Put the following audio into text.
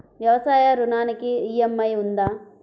వ్యవసాయ ఋణానికి ఈ.ఎం.ఐ ఉందా?